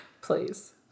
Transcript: Please